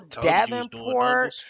Davenport